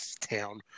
town